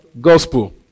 gospel